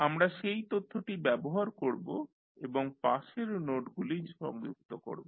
আমরা সেই তথ্যটি ব্যবহার করব এবং পাশের নোডগুলিকে সংযুক্ত করব